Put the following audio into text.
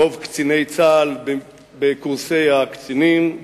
רוב קציני צה"ל בקורסי הקצינים,